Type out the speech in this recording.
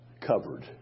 covered